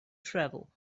travel